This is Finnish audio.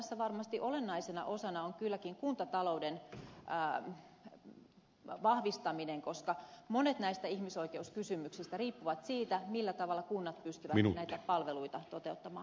tässä varmasti olennaisena osana on kylläkin kuntatalouden vahvistaminen koska monet näistä ihmisoikeuskysymyksistä riippuvat siitä millä tavalla kunnat pystyvät näitä palveluita toteuttamaan